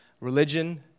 religion